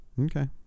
Okay